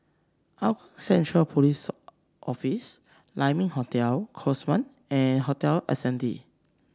Hougang Central Post Office Lai Ming Hotel Cosmoland and Hotel Ascendere